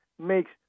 makes